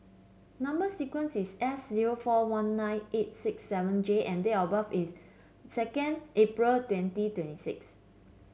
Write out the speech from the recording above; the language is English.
number sequence is S zero four one nine eight six seven J and date of birth is second April twenty twenty six